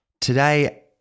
today